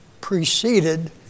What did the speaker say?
preceded